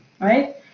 Right